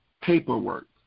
paperwork